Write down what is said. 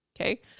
okay